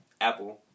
Apple